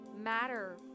matter